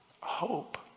hope